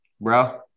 Bro